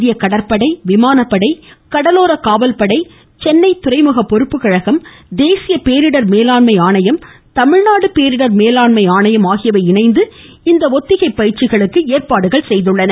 இந்திய கடற்படை விமானப்படை கடலோர காவல்படை சென்னை துறைமுக பொறுப்புக் கழகம் தேசிய போடர் மேலாண்மை ஆணையம் தமிழ்நாடு போடர் மேலாண்மை ஆணையம் ஆகியவை இணைந்து இந்த ஒத்திகை பயிற்சிகளை மேற்கொண்டன